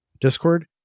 Discord